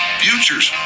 futures